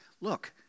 look